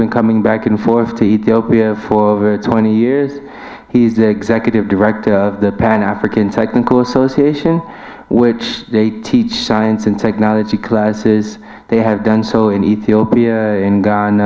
been coming back and forth to ethiopia for over twenty years he's the executive director of the pan african technical association which they teach science and technology classes they have done so in ethiopia